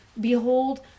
Behold